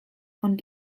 von